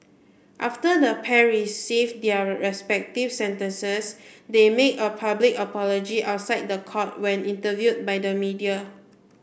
after the pair received their respective sentences they made a public apology outside the court when interviewed by the media